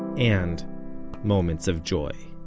and moments of joy